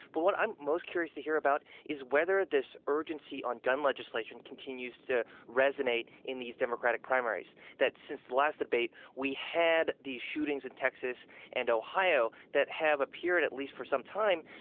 but what i'm most curious to hear about is whether this urgency on gun legislation continues to resonate in these democratic primaries that since the last debate, we had these shootings in texas and ohio that have appeared, at least for some time,